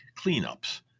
cleanups